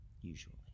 usually